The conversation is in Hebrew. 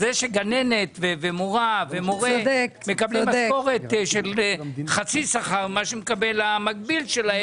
גננות ומורים מקבלים משכורת של חצי שכר ממה שמקבלים המקבילים להם.